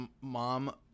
mom